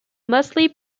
mostly